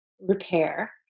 repair